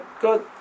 good